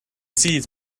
seeds